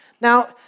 Now